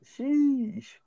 Sheesh